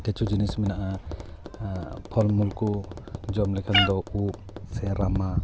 ᱠᱤᱪᱷᱩ ᱡᱤᱱᱤᱥ ᱢᱮᱱᱟᱜᱼᱟ ᱯᱷᱚᱞ ᱢᱩᱞ ᱠᱚ ᱡᱚᱢ ᱞᱮᱠᱷᱟᱱ ᱫᱚ ᱩᱵ ᱥᱮ ᱨᱟᱢᱟ